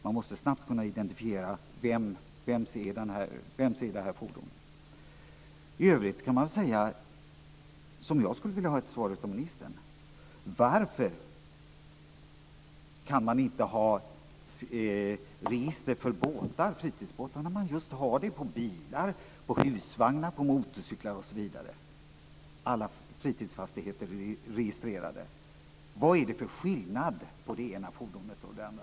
Man måste snabbt kunna identifiera vems fordonet är. Jag skulle vilja ha ett svar av ministern på frågan varför man inte kan ha register för fritidsbåtar när man just har register för bilar, husvagnar, motorcyklar osv. Alla fritidsfastigheter är registrerade. Vad är det för skillnad mellan det ena fordonet och det andra?